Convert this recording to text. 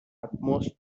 utmost